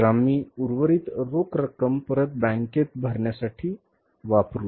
तर आम्ही उर्वरित रोख रक्कम परत बँकेत भरण्यासाठी वापरू